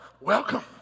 welcome